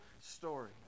story